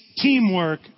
teamwork